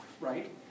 right